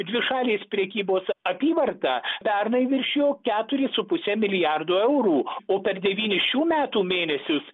dvišalės prekybos apyvarta pernai viršijo keturis su puse milijardo eurų o per devynis šių metų mėnesius